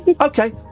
Okay